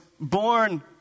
born